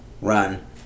run